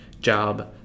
job